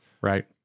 right